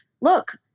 look